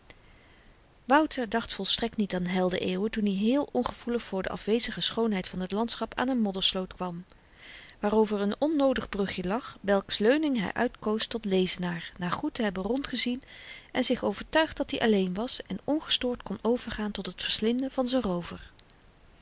wouter dacht volstrekt niet aan heldeneeuwen toen i heel ongevoelig voor de afwezige schoonheid van t landschap aan n moddersloot kwam waarover n onnoodig brugje lag welks leuning hy uitkoos tot lezenaar na goed te hebben rondgezien en zich overtuigd dat-i alleen was en ongestoord kon overgaan tot het verslinden van z'n roover